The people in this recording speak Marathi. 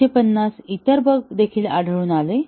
150 इतर बग देखील आढळून आले